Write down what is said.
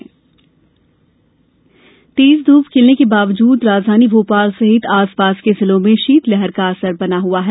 मौसम तेज धूप खिलने के बावजूद राजधानी भोपाल सहित आसपास के जिलों में शीतलहर का असर बना हुआ है